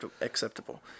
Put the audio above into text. acceptable